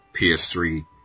PS3